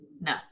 No